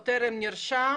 או 'טרם נרשם',